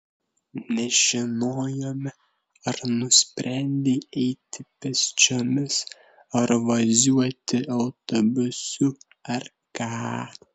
nežinojome ar nusprendei eiti pėsčiomis ar važiuoti autobusu ar ką